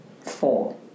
four